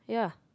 yeah